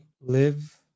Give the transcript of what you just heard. live